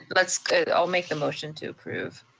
that's good, i'll make the motion to approve.